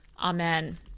Amen